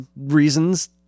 reasons